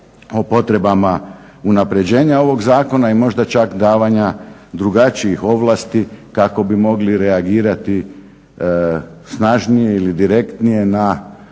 o potrebama unapređenja ovog zakona i možda čak davanja drugačijih ovlasti kako bi mogli reagirati snažnije ili direktnije na